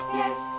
yes